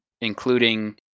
including